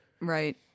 Right